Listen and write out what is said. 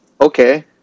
okay